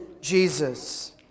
Jesus